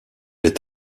est